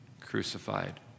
crucified